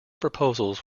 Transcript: proposals